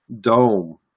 dome